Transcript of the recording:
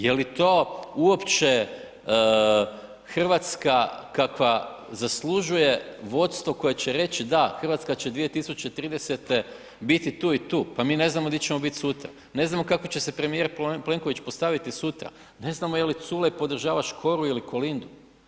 Je li to uopće RH kakva zaslužuje vodstvo koje će reći, da RH će 2030. biti tu i tu, pa mi ne znamo gdje ćemo bit sutra, ne znamo kako će se premijer Plenković postaviti sutra, ne znamo je li Culej podržava Škoru ili Kolindu?